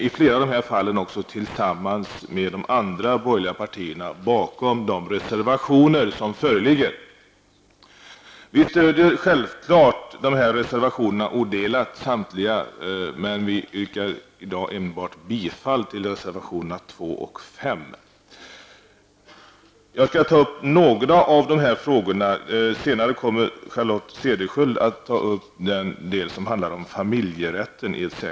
I flera av dessa fall står vi också tillsammans med de andra borgerliga partierna bakom de reservationer som föreligger. Vi stöder självfallet samtliga dessa reservationer odelat, men i dag yrkar vi endast bifall till reservationerna nr 2 och 5. Jag skall ta upp några av dessa frågor. Senare kommer Charlotte Cederschiöld att i ett särskilt anförande ta upp den del som handlar om familjerätten.